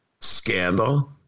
Scandal